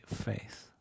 faith